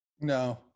No